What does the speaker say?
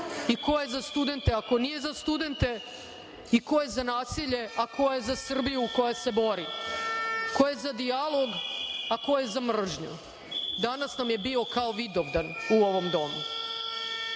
i ko je za studente, a ko nije za studente i ko je za nasilje, a ko je za Srbiju koja se bori, ko je za dijalog, a ko je za mržnju. Danas nam je bio kao Vidovdan u ovom